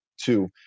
two